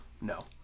No